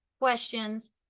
questions